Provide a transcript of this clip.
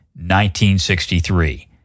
1963